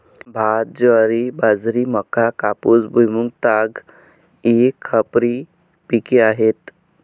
भात, ज्वारी, बाजरी, मका, कापूस, भुईमूग, ताग इ खरीप पिके आहेत